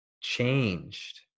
changed